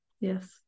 Yes